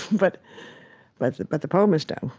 but but the but the poem is done